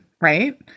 right